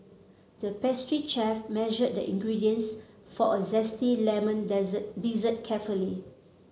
the pastry chef measured the ingredients for a zesty lemon dessert carefully